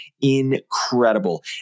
incredible